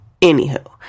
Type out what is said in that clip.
Anywho